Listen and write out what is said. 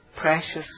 precious